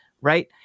right